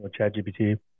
ChatGPT